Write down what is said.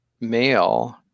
male